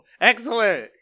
Excellent